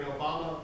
Obama